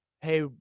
hey